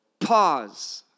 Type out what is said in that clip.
Pause